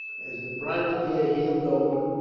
as the privateer heeled over,